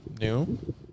New